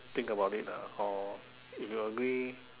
think about it lah or if you agree